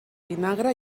vinagre